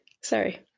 Sorry